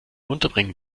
unterbringen